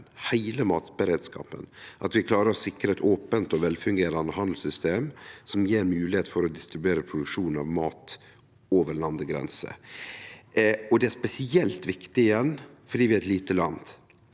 heile matberedskapen – at vi klarer å sikre eit opent og velfungerande handelssystem som gjev moglegheit til å distribuere produksjon av mat over landegrenser. Det er spesielt viktig, igjen, fordi vi er eit lite land.